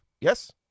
Yes